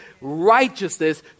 righteousness